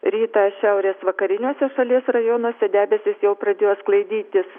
rytą šiaurės vakariniuose šalies rajonuose debesys jau pradėjo sklaidytis